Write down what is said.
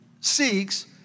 seeks